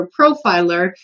Profiler